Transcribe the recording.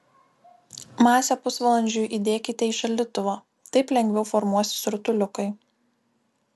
masę pusvalandžiui įdėkite į šaldytuvą taip lengviau formuosis rutuliukai